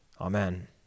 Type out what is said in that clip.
Amen